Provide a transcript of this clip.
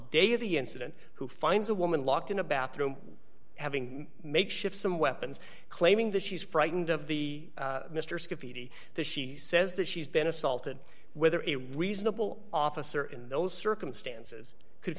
day of the incident who finds a woman locked in a bathroom having makeshift some weapons claiming that she's frightened of the mr skiffy the she says that she's been assaulted with a reasonable officer in those circumstances could